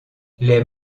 les